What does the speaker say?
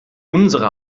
unsere